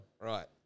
Right